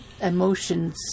emotions